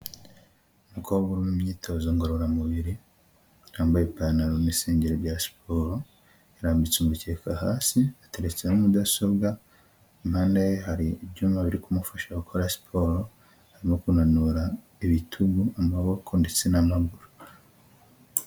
Umukobwa uri mu myitozo ngororamubiri yambaye ipantaro n'isengere bya siporo, yarambitse umukeka hasi yateretseho mudasobwa iruhande hari ibyuma biri kumufasha gukora siporo , arimo kunanura ibitugu amaboko ndetse n'amaguru.